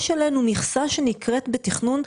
יש עלינו מכסה שנקראת בתכנון,